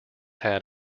had